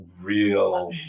real